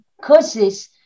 causes